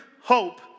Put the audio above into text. hope